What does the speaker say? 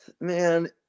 Man